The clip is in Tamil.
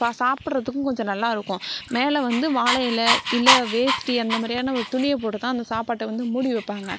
பா சாப்பிட்றதுக்கும் கொஞ்சம் நல்லாயிருக்கும் மேலே வந்து வாழை இலை இல்லை வேஷ்ட்டி அந்த மாதிரியான ஒரு துணியை போட்டுத்தான் அந்த சாப்பாட்டை வந்து மூடி வைப்பாங்க